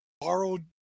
borrowed